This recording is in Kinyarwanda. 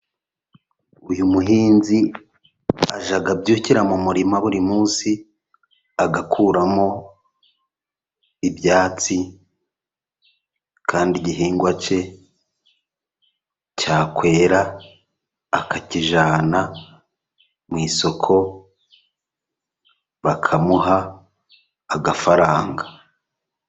Uyu muhinzi ajya abyukira mu murima buri munsi agakuramo ibyatsi, kandi igihingwa cye cyakwera akakijyana mu isoko bakamuha agafaranga.